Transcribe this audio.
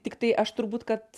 tiktai aš turbūt kad